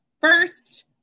first